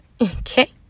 okay